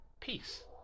peace